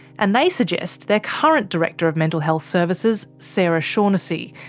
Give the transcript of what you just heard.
and they suggest their current director of mental health services, sara shaughnessy,